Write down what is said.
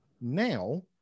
now